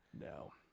No